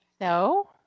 No